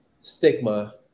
stigma